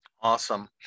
Awesome